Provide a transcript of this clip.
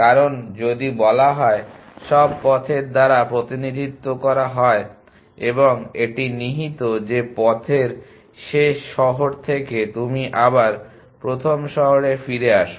কারণ যদি বলা হয় সব পথের দ্বারা প্রতিনিধিত্ব করা হয় এবং এটি নিহিত যে পথের শেষ শহর থেকে তুমি আবার প্রথম শহরে ফিরে আসো